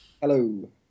Hello